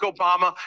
Obama